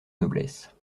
noblesse